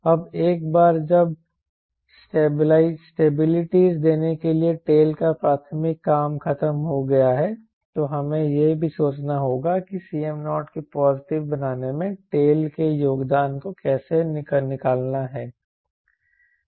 अब एक बार जब स्टेबिलिटीज़ देने की टेल का प्राथमिक काम खत्म हो गया है तो हमें यह भी सोचना होगा कि Cm0 को पॉजिटिव बनाने में टेल के योगदान को कैसे निकालना है यह भी महत्वपूर्ण है